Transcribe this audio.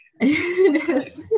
Yes